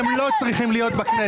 אתם לא צריכים להיות בכנסת.